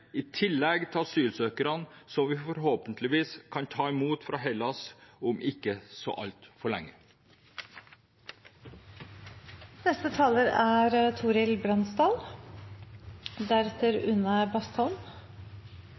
i tillegg til asylsøkerne vi forhåpentligvis kan ta imot fra Hellas om ikke så altfor